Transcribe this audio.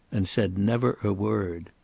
and said never a word.